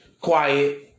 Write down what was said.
quiet